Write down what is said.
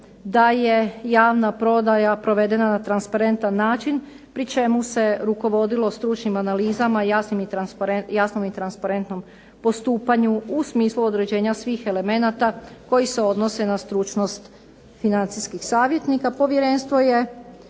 da je javna prodaja provedena na transparentan način pri čemu se rukovodilo stručnim analizama, jasnom i transparentnom postupanju u smislu određenja svih elemenata koji se odnose na stručnost financijskih savjetnika.